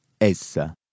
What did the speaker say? essa